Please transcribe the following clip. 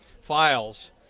files